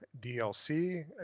DLC